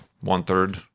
one-third